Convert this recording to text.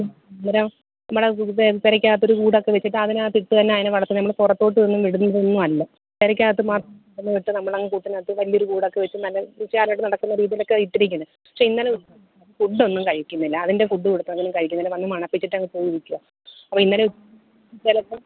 അന്നേരം നമ്മുടെ പുരയ്ക്കകത്തൊരു കൂടൊക്കെ വെച്ചിട്ട് അതിനകത്തിട്ട് തന്നെയാണ് അതിനെ വളർത്തുന്നത് നമ്മൾ പുറത്തോട്ടൊന്നും വിടുന്നതൊന്നുമല്ല പുരയ്ക്കകത്ത് മാത്രം ഇട്ട് നമ്മൾ അങ്ങ് കൂട്ടിനകത്ത് വലിയൊരു കൂടൊക്കെ വെച്ച് നല്ല ഉഷാറായിട്ട് നടക്കുന്ന രീതിയിലൊക്കെ ആണ് ഇട്ടിരിക്കുന്നത് പക്ഷേ ഇന്നലെ ഫുഡ് ഒന്നും കഴിക്കുന്നില്ല അതിന്റെ ഫുഡ് കൊടുത്തെങ്കിലും കഴിക്കുന്നില്ല വന്ന് മണപ്പിച്ചിട്ട് അങ്ങ് പോയി ഇരിക്കുവാണ് അപ്പം ഇന്നലെ ചിലപ്പം